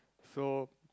so